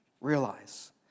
realize